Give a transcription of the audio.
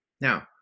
Now